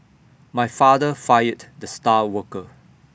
my father fired the star worker